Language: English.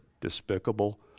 despicable